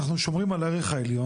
אנחנו שומרים על ערך העליון,